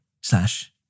slash